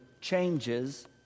changes